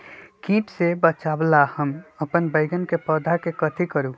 किट से बचावला हम अपन बैंगन के पौधा के कथी करू?